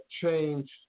change